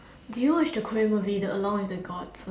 did you watch the Korean movie the along with the God